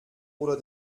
oder